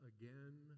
again